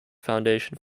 foundation